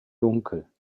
dunkel